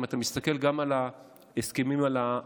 אם אתה מסתכל גם על ההסכמים הקואליציוניים,